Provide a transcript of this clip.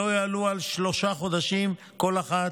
שלא יעלו על שלושה חודשים כל אחת,